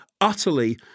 utterly